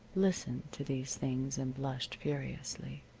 listened to these things and blushed furiously.